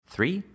Three